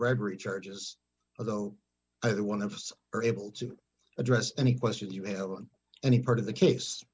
robbery charges although either one of us are able to address any question you have on any part of the case